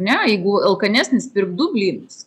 ne jeigu alkanesnis pirk du blynus